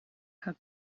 her